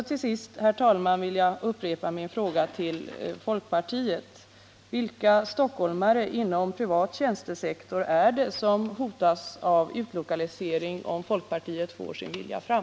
Till sist, herr talman, vill jag upprepa min fråga till folkpartiet: Vilka stockholmare inom privat tjänstesektor är det som hotas av utlokalisering om folkpartiet får sin vilja fram?